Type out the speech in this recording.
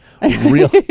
Real